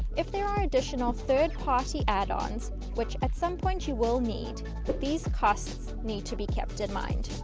if there are additional third-party add-ons which at some point you will need but these costs need to be kept in mind.